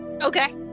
Okay